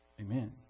Amen